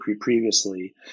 previously